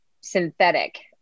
synthetic